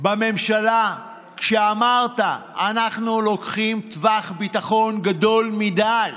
בממשלה כשאמרת: אנחנו לוקחים טווח ביטחון גדול מדי.